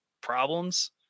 problems